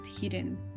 hidden